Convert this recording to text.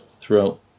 throughout